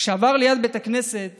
כשעבר ליד בית הכנסת